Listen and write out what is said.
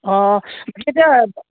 অঁ কেতিয়া